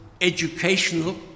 educational